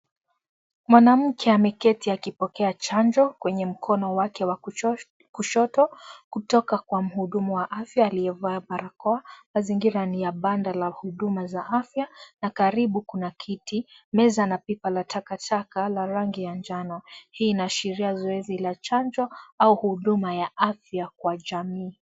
Mwanamke ameketi akipokea chanjo kwenye mkono wake wa kushoto kutoka kwa mhudumu wa afya aliyevaa barakoa. Mazingira ni ya banda la huduma za afya na karibu kuna kiti, meza na pipa la taka la rangi ya njano. Hii inaashiria zoezi la chanjo au Huduma ya afya kwa jamii.